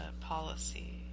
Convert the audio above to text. policy